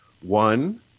One